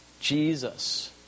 Jesus